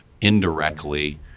indirectly